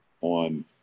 on